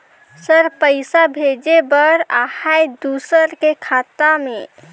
Sir पइसा भेजे बर आहाय दुसर के खाता मे?